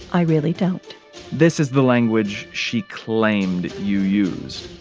i really don't this is the language she claimed you used.